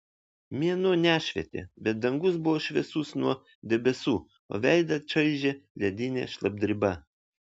mėnuo nešvietė bet dangus buvo šviesus nuo debesų o veidą čaižė ledinė šlapdriba